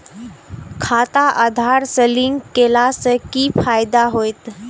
खाता आधार से लिंक केला से कि फायदा होयत?